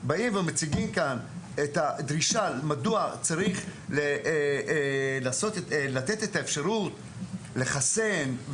באים ומציגים כאן את הדרישה מדוע צריך לתת את האפשרות לחסן,